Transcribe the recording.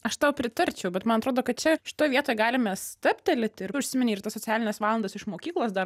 aš tau pritarčiau bet man atrodo kad čia šitoj vietoj galime stabtelėti ir užsiminei ir tas socialines valandas iš mokyklos dar